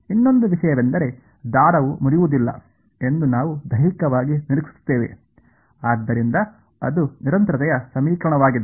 ಇನ್ನೊಂದು ವಿಷಯವೆಂದರೆ ದಾರವು ಮುರಿಯುವುದಿಲ್ಲ ಎಂದು ನಾವು ದೈಹಿಕವಾಗಿ ನಿರೀಕ್ಷಿಸುತ್ತೇವೆ ಆದ್ದರಿಂದ ಅದು ನಿರಂತರತೆಯ ಸಮೀಕರಣವಾಗಿದೆ